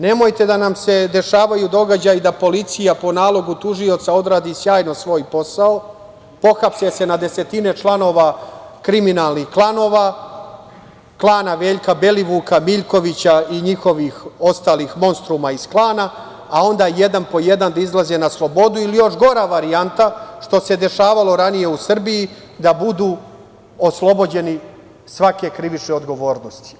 Nemojte da nam se dešavaju događaji da policija po nalogu tužioca odradi sjajno svoj posao, pohapse se na desetine članova kriminalnih klanova, klana Veljka Belivuka, Miljkovića i njihovih ostalih monstruma iz klana, a onda jedan po jedan da izlaze na slobodu ili, još gora varijanta, što se dešavalo ranije u Srbiji, da budu oslobođeni svake krivične odgovornosti.